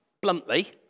Bluntly